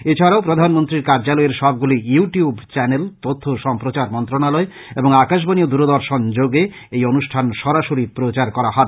এ ছাড়াও প্রধানমন্ত্রীর কার্যালয়ের সবগুলি ইউ টিউব চ্যানেল তথ্য ও সম্প্রচার মন্ত্রনালয় এবং আকাশবাণী ও দুরদর্শন যোগে এই অনুষ্ঠান সরাসরি প্রচার করা হবে